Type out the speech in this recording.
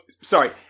sorry